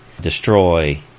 destroy